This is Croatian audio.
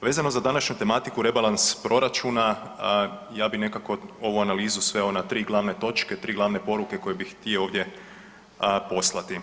Vezano za današnju tematiku rebalans proračuna ja bi nekako ovu analizu sveo na tri glavne točke, tri glavne poruke koje bi htio ovdje poslati